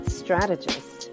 strategist